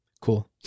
Cool